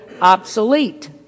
obsolete